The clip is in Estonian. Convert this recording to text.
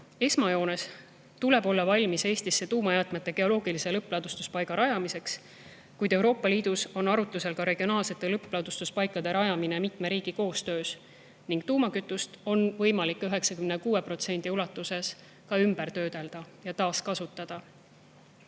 Esmajoones tuleb olla valmis Eestisse tuumajäätmete geoloogilise lõppladustuspaiga rajamiseks, kuid Euroopa Liidus on arutlusel ka regionaalsete lõppladustuspaikade rajamine mitme riigi koostöös. Tuumakütust on ka võimalik 96% ulatuses ümber töödelda ja taaskasutada.